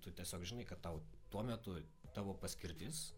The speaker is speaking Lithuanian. tu tiesiog žinai kad tau tuo metu tavo paskirtis